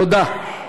תודה.